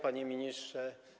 Panie Ministrze!